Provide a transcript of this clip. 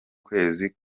kwezi